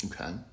okay